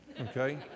okay